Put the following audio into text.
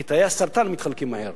כי תאי הסרטן מתחלקים מהר.